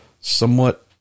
somewhat